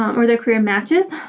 um or their career matches.